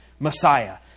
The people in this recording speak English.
Messiah